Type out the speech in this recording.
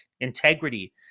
integrity